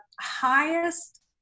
highest